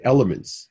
Elements